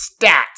Stats